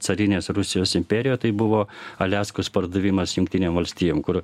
carinės rusijos imperijoje tai buvo aliaskos pardavimas jungtinėm valstijom kur